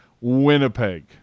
Winnipeg